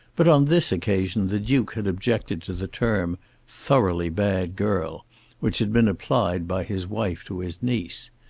but on this occasion the duke had objected to the term thoroughly bad girl which had been applied by his wife to his niece.